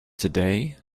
today